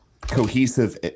cohesive